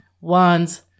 wands